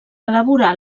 elaborar